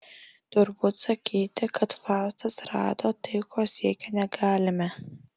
turbūt sakyti kad faustas rado tai ko siekė negalime